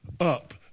up